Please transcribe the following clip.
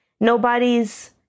nobody's